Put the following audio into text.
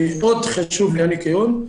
מאוד חשוב לי הניקיון,